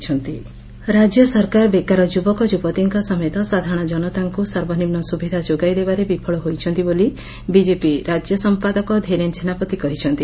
BJP ସର୍ବନିମ୍ନ ସୁବିଧା ରାକ୍ୟ ସରକାର ବେକାର ଯୁବକ ଯୁବତୀଙ୍କ ସମେତ ସାଧାରଣ ଜନତାଙ୍କୁ ସର୍ବନିମୁ ସୁବିଧା ଯୋଗାଇ ଦେବାରେ ବିଫଳ ହୋଇଛନ୍ତି ବୋଲି ବିଜେପି ରାକ୍ୟ ସଂପାଦକ ଧୀରେନ୍ ସେନାପତି କହିଛନ୍ତି